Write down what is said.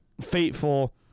fateful